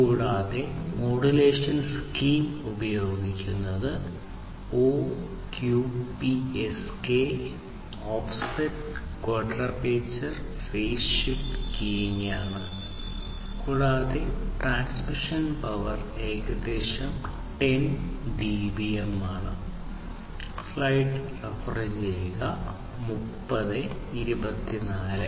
കൂടാതെ modulation scheme ഉപയോഗിക്കുന്നത് OQPSK offset quadrature phase shift keying ആണ് കൂടാതെ ട്രാൻസ്മിഷൻ പവർ ഏകദേശം 10 dBm ആണ്